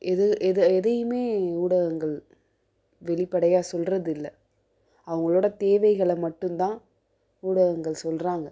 எது எது எதையுமே ஊடகங்கள் வெளிப்படையாக சொல்கிறதில்ல அவங்களோட தேவைகளை மட்டும் தான் ஊடகங்கள் சொல்கிறாங்க